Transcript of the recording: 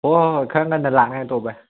ꯍꯣꯍꯣꯏ ꯍꯣꯏ ꯈꯔ ꯉꯟꯅ ꯂꯥꯛꯅꯉꯥꯏ ꯇꯧ ꯚꯥꯏ